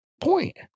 point